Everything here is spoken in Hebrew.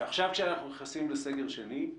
שעכשיו כשאנחנו נכנסים לסגר שני,